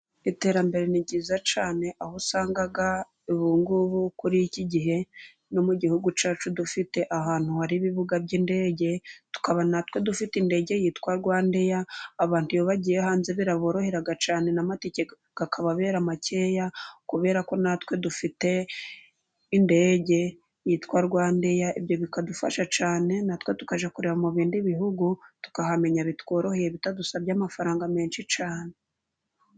Iterambere ni ryiza cyane, aho usanga ubu ngubu kuri iki gihe no mu gihugu cyacu dufite ahantu hari ibibuga by'indege, aho dufite indege yitwa Rwandair, abantu iyo bagiye hanze biraborohera cyane, n'amatike akababera makeya, kubera ko natwe dufite indege yitwa Rwandair, ibyo bikadufasha cyane, natwe tukajya kureba mu bindi bihugu, tukahamenya bitworoheye, bitadusabye amafaranga menshi cyane.